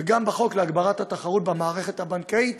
וגם בחוק להגברת התחרות במערכת הבנקאית